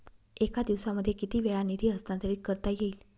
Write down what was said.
एका दिवसामध्ये किती वेळा निधी हस्तांतरीत करता येईल?